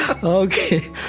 Okay